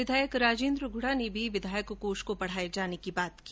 विधायक राजेंद्र गुडा ने भी विधायक कोष को बढाये जाने की बात की